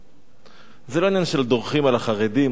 זה לא עניין של דורכים על החרדים או דורכים על אחרים.